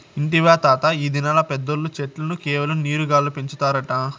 ఇంటివా తాతా, ఈ దినాల్ల పెద్దోల్లు చెట్లను కేవలం నీరు గాల్ల పెంచుతారట